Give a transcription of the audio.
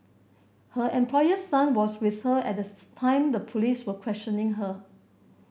her employer's son was with her at the time the police were questioning her